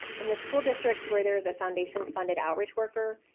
in the school districts where there is a foundation funded outreach worker,